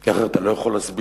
כי אחרת אתה לא יכול להסביר.